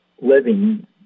living